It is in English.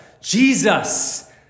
Jesus